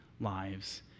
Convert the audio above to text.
lives